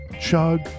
chug